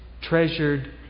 treasured